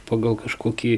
pagal kažkokį